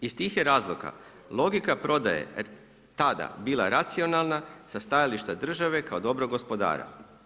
Iz tih je razloga logika prodaje tada bila racionalna sa stajališta države kao dobrog gospodara.